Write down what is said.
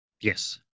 Yes